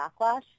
backlash